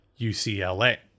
UCLA